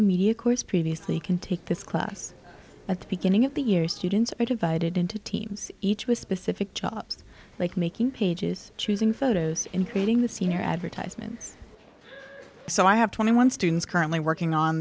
a media course previously can take this class at the beginning of the year students are divided into teams each with specific jobs like making pages choosing photos in creating the scene or advertisements so i have twenty one students currently working on